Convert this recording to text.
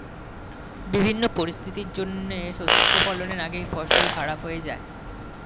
বিভিন্ন পরিস্থিতির জন্যে শস্য ফলনের আগেই ফসল খারাপ হয়ে যায়